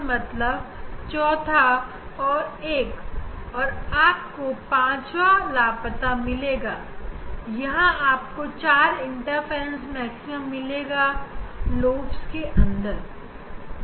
2n1 मतलब चौथा और तक आप आपको पांचवा लापता मिलेगा यहां आपको 4 इंटरफेरेंस मैक्सिमम मिलेगा lobes मैं